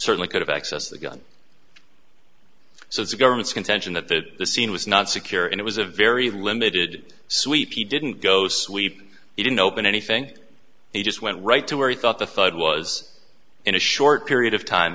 certainly could have access the gun so the government's contention that the scene was not secure and it was a very limited sweep he didn't go sweep he didn't open anything he just went right to where he thought the thug was in a short period of time